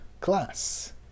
class